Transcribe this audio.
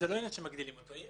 זה לא העניין שמגדילים אותו.